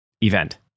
event